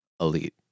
Elite